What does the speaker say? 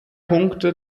punkte